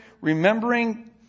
remembering